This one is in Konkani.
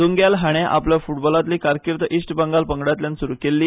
दुंगॅल हाणे आपली फुटबॉलांतली कारकिर्द इस्ट बंगाल पंगडांतल्यान सुरू केल्ली